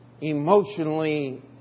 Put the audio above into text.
emotionally